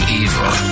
evil